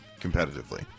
competitively